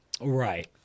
Right